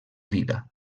vida